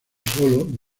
solo